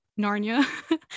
Narnia